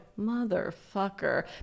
motherfucker